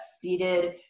seated